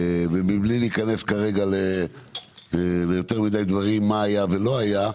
בלי להיכנס כרגע ליותר מידי דברים מה היה ולא היה.